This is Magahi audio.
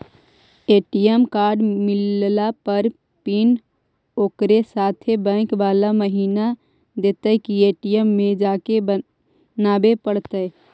ए.टी.एम कार्ड मिलला पर पिन ओकरे साथे बैक बाला महिना देतै कि ए.टी.एम में जाके बना बे पड़तै?